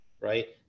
right